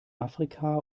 afrika